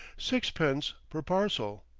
sixpence per parcel.